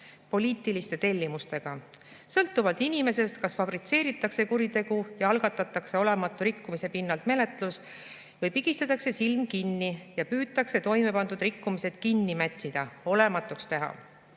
poliitiliste tellimustega, sõltuvalt inimesest kas fabritseeritakse kuritegu ja algatatakse olematu rikkumise pinnalt menetlus või pigistatakse silm kinni ja püütakse toimepandud rikkumised kinni mätsida, olematuks teha.